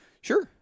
Sure